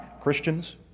Christians